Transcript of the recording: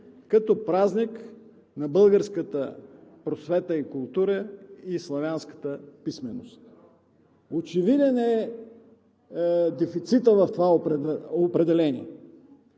като празник на българската просвета и култура и славянската писменост. Очевиден е дефицитът в това определение